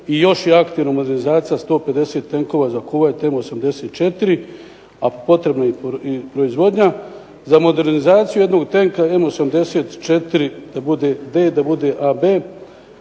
i još je aktivna modernizacija 150 tenkova za Kuvajt M84 a potrebna je proizvodnja. Za modernizaciju jednog tenka M84 da bude D, da bude AB,